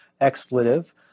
expletive